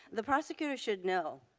the prosecutor should know,